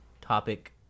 topic